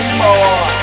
more